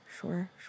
sure